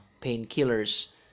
painkillers